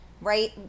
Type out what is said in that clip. right